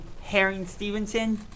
Herring-Stevenson